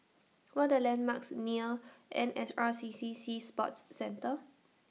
What Are The landmarks near N S R C C Sea Sports Centre